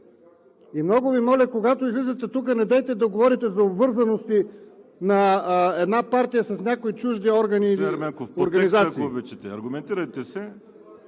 И много Ви моля, когато излизате тук, недейте да говорите за обвързаности на една партия с някои чужди органи или организации…